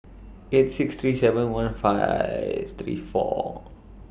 eight six three seven one five three four